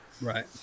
right